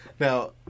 Now